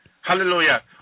Hallelujah